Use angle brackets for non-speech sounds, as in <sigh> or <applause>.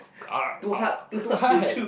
<noise> too hard